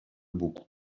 beaucoup